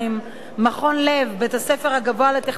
"מכון לב" בית-הספר הגבוה לטכנולוגיה,